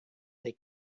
they